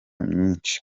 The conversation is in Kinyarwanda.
myinshi